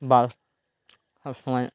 বাস সবসময়